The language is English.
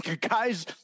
guys